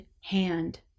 hand